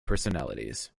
personalities